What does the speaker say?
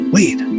Wait